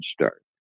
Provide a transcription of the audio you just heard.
start